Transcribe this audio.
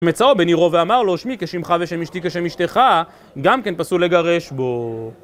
מצאו בן עירו ואמר לו: שמי כשמך ושם אשתי כשם אשתך, גם כן פסול לגרש בו